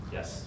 Yes